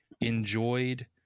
enjoyed